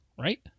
right